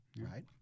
right